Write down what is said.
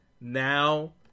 now